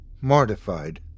mortified